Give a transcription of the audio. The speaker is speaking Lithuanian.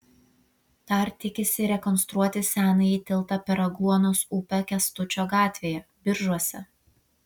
dar tikisi rekonstruoti senąjį tiltą per agluonos upę kęstučio gatvėje biržuose